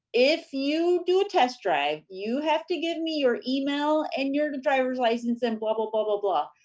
if you do test drive, you have to give me your email and your driver's license and blah, blah, blah, blah, blah,